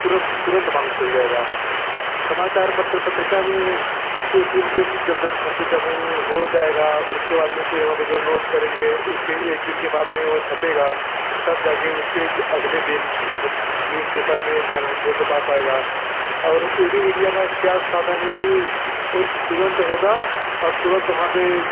तुरंत तुरंत मालूम चल जाएगा समाचार पत्र पत्रिका में एक दिन के जब जब छप के जब वो हो जाएगा उसके बाद में फिर वहाँ पर जो नोट्स करेंगे उसके एक दिन के बाद में वो छपेगा तब जा के उसके अगले दिन हम न्यूज़पेपर में हमारे हम लोगों के पास आएगा और ए वी मीडिया का क्या साधन है कि वो तुरंत होगा और तुरंत वहाँ पर